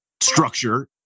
structure